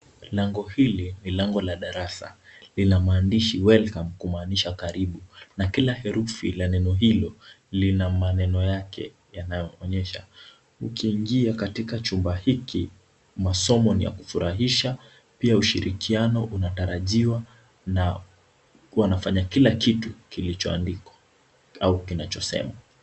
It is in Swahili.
Lango hili ni lango la darasa, lina maandishi welcome kumaanisha ya karibu na kila herufi la neno hilo lina maneno yake, yanayoonyesha, ukiingia katika chumba hiki, masomo ni ya kufurahisha, pia ushirikiano unatarajiwa na wanafanya kila kitu kilichoandikwa au kinachosemwa.